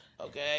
okay